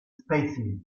spaces